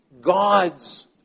God's